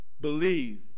Believe